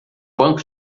banco